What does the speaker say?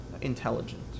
intelligent